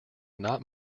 not